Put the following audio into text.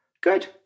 Good